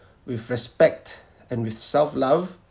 with respect and with self love